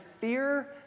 fear